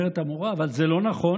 אומרת המורה: אבל זה לא נכון.